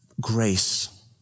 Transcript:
Grace